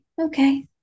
okay